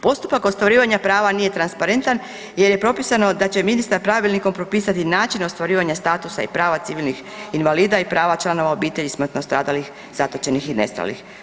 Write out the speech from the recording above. Postupak ostvarivanja prava nije transparentan jer je propisano da će ministar pravilnikom propisati način ostvarivanja statusa i prava civilnih invalida i prava članova obitelji smrtno stradalih zatočenih i nestalih.